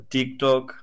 TikTok